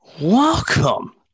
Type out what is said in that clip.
Welcome